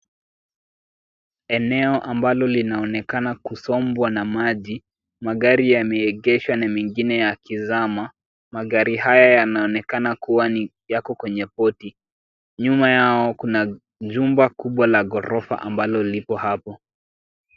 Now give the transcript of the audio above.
Eneo ambalo linaonekana kusombwa na maji. Magari yameegeshwa na mengine yakizama, magari haya yanaonekana kuwa yako kwenye boti , nyuma yao kuna jumba kubwa la ghorofa ambalo liko hapo.